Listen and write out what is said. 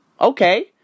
Okay